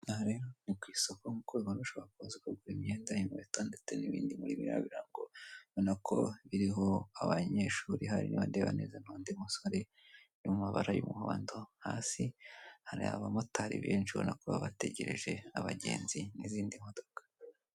Aha rero ni ku isoko nk'uko ubibona ushobora kuza ukagura inkweto ndetse n'ibindi muri biriya birango, urabona ko biriho abanyeshuri ahari niba ndeba neza n'undi musore uri mumabara y'umuhondo, hasi hari abamotari benshi ubona ko bategereje abagenzi n'izindi modoka.